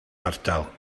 ardal